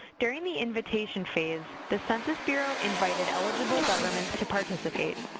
during the invitation phase, the census bureau invited eligible governments to participate.